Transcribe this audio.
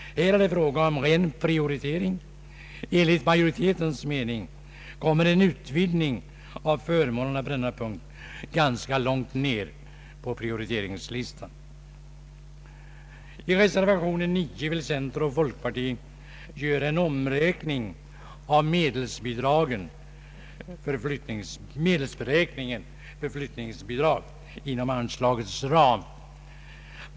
Här är det fråga om en ren Pprioritering. Enligt majoritetens mening kommer en utvidgning av förmånerna på denna punkt ganska långt ner på prioriteringslistan. I reservation 9 vill centern och folkpartiet göra en omräkning av medelsberäkningen för flyttningsbidrag inom anslagets ram.